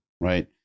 right